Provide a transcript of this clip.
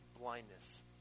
blindness